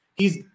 hes